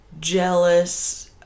jealous